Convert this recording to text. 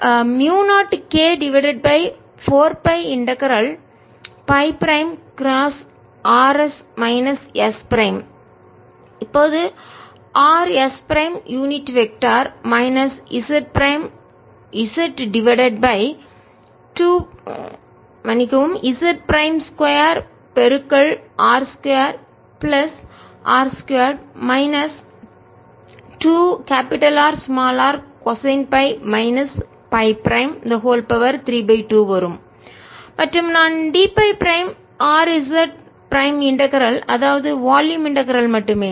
mu 0 k divided by 4 pi integral ஒருங்கிணைப்பின் Φ prime cross rs minus s prime இப்போது Rs prime unit vector அலகு திசையன் minus z prime z divided by z prime 2R 2 plus r 2 minus 2 Rr cosine phi minus phi prime 32 வரும் மற்றும் நான் dΦ prime Rdz prime integral அதாவது volume integral மட்டுமே